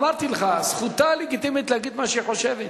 אמרתי לך, זכותה הלגיטימית להגיד מה שהיא חושבת.